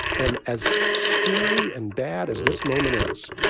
and as scary and bad as this moment is,